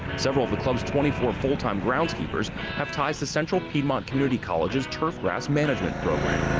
several of the club's twenty four full-time groundskeepers have ties to central piedmont community college's turf grass management program.